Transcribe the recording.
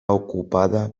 ocupada